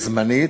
זמנית,